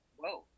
whoa